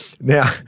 Now